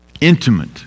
Intimate